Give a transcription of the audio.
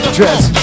Dress